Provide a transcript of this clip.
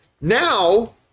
now